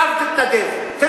צו תתנדב.